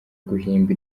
guhimba